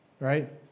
Right